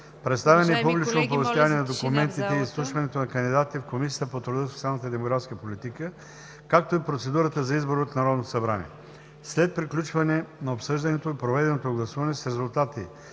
представяне и публично оповестяване на документите и изслушването на кандидатите в Комисията по труда, социалната и демографската политика, както и процедурата за избор от Народното събрание. След приключване на обсъждането и проведеното гласуване с резултати